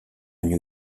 new